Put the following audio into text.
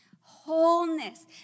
Wholeness